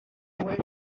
moje